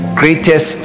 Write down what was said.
greatest